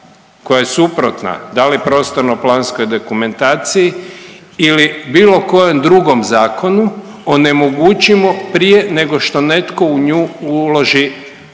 koja je suprotna da li prostorno planskoj dokumentaciji ili bilo kojem drugom zakonu onemogućimo prije nego što netko u nju uloži,